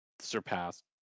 surpassed